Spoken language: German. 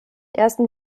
ersten